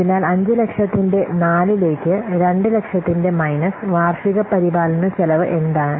അതിനാൽ 500000 ന്റെ 4 ലേക്ക് 200000 ന്റെ മൈനസ് വാർഷിക പരിപാലനച്ചെലവ് എന്താണ്